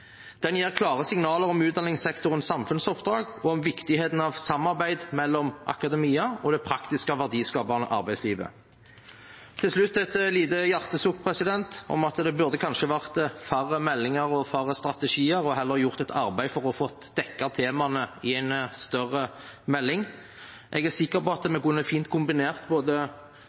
Den gir klare signaler om utdanningssektorens samfunnsoppdrag og viktigheten av samarbeid mellom akademia og det praktiske og verdiskapende arbeidslivet. Til slutt et lite hjertesukk: Det burde kanskje vært færre meldinger og strategier. Man burde heller gjort et arbeid for å dekke temaene i en større melding. Jeg er sikker på at man fint kunne kombinert både